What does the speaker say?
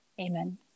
Amen